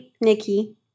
Nikki